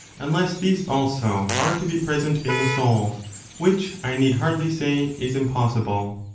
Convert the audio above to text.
unless these also are to be present in the soul which, i need hardly say, is impossible.